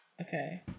Okay